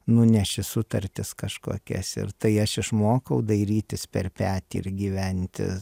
nuneši sutartis kažkokias ir tai aš išmokau dairytis per petį ir gyventi